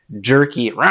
jerky